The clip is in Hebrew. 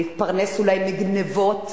להתפרנס, אולי מגנבות,